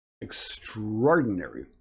extraordinary